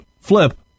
Flip